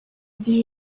gihe